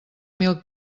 mil